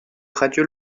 radio